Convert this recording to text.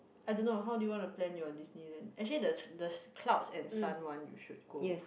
I don't know how do you want to plan your Disneyland actually the the cloud and sun one you should go